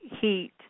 heat